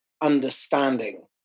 understanding